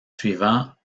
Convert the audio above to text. suivants